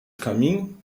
caminho